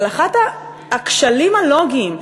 אבל אחד הכשלים הלוגיים.